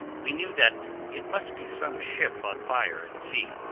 we knew that it must be some ship on fire at sea,